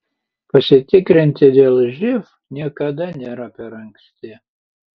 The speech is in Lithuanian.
pasitikrinti dėl živ niekada nėra per anksti